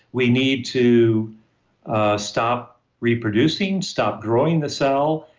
we need to stop reproducing, stop growing the cell,